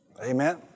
Amen